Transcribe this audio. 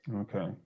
Okay